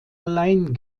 allein